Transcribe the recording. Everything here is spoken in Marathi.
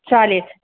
चालेल